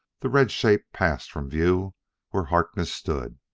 the red shape passed from view where harkness stood.